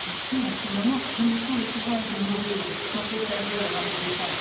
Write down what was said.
parce que en ce moment je me sens le courage de mourir sans trop faire rire à mes dépens